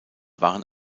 waren